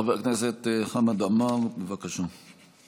חבר הכנסת חמד עמאר, בבקשה.